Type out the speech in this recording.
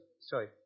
sorry